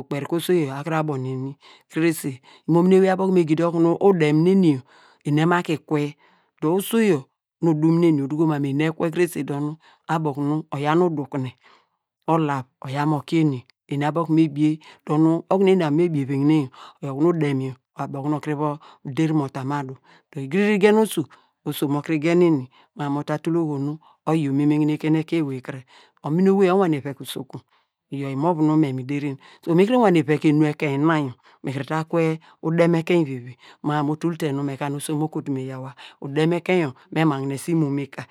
ukperike oso yor akuru abo nu eni krese imomini ewey abo okunu me gidi okunu udem meni ini ema ku kwe, dor oso yor nu odum nu eni oduko mam mu eni kwe krese dor nu abo okuru oyaw nu udukune olav oyaw mo kie eni abo okunu me bie dor nu okunu eni abo okunu me bievegne yor, oyor okunu udem yor abo okunu der mo ta mu adu, dor igiriri gen nam mu mo ta tul oho nu oyi omemekine ekein ewey kre omini owe owane veke usokun oyo imu vu nu me mi derin so mi kuru wane veke enu ekein na yor mi kiri ta kwe udem ekein vivi mam mu mo tul te nu me ka oso mo kotu me yawa, udem ekeinyor me magnese imo me ka